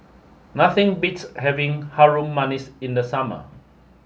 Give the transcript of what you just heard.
nothing beats having Harum Manis in the summer